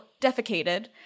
defecated